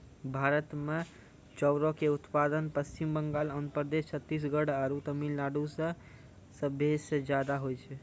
भारत मे चाउरो के उत्पादन पश्चिम बंगाल, आंध्र प्रदेश, छत्तीसगढ़ आरु तमिलनाडु मे सभे से ज्यादा होय छै